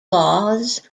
laws